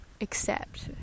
accept